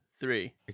Three